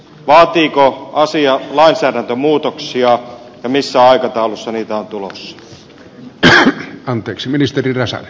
vaatiiko asia lainsäädäntömuutoksia ja missä aikataulussa niitä on tulossa